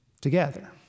together